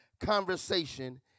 conversation